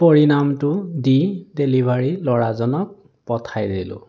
পৰিণামটো দি ডেলিভাৰী ল'ৰাজনক পঠাই দিলোঁ